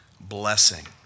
blessing